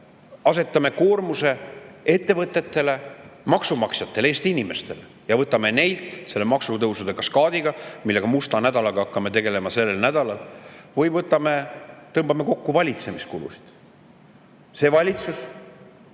asetame koormuse ettevõtetele, maksumaksjatele, Eesti inimestele ja võtame neilt [raha] selle maksutõusude kaskaadiga, millega me hakkame tegelema sellel mustal nädalal, või tõmbame kokku valitsemiskulusid. See valitsus,